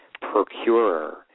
procurer